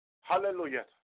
Hallelujah